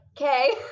okay